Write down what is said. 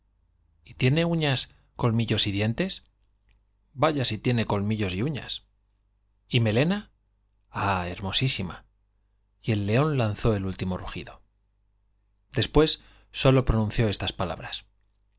y tiene uñas colmillos y dientes i vaya si tiene colmillos y uñas y melena y el león lanzó el último i ah hermosísima rugido después sólo pronunció estas palabras